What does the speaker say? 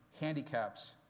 handicaps